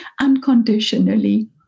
unconditionally